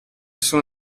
sono